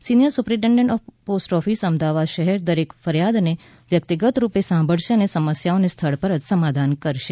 senior superintendent of post office Ahmedabad શહેર દરેક ફરિયાદને વ્યક્તિગત રૂપે સાંભળશે અને સમસ્યાઓનો સ્થળ પર જ સમાધાન કરશે